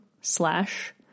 slash